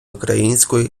української